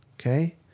Okay